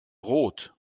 rot